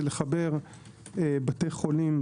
לחבר בתי חולים